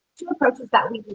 approaches that we do.